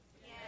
Yes